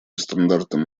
стандартам